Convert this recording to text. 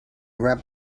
wrapped